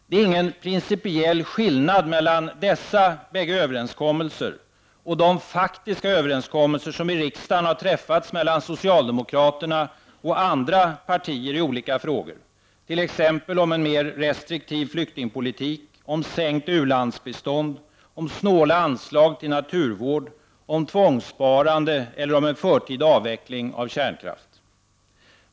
Det är ingen principiell skillnad mellan dessa bägge överenskommelser och de faktiska överenskommelser som i riksdagen har träffats mellan socialdemokraterna och andra partier i olika frågor, t.ex. om en mer restriktiv flyktingpolitik, om sänkt u-landsbistånd, om snåla anslag till naturvård, om tvångssparande eller om en förtida avveckling av kärnkraft.